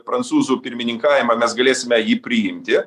prancūzų pirmininkavimą mes galėsime jį priimti